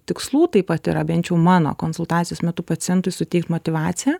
tikslų taip pat yra bent jau mano konsultacijos metu pacientui suteikt motyvaciją